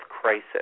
crisis